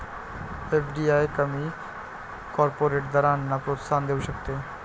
FDI कमी corporate दरांना प्रोत्साहन देऊ शकते